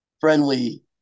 friendly